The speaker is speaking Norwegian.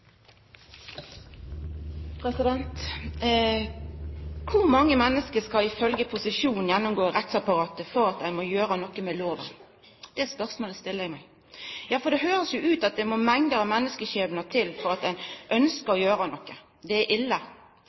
arbeidet. Kor mange menneske skal ifølgje posisjonen gå igjennom rettsapparatet for at ein må gjera noko med lova? Det spørsmålet stiller eg meg. Ja, for det høyrest jo ut som om det må ei mengd av menneskeskjebnar til for at ein ønskjer å gjera noko. Det er ille.